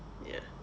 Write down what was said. ya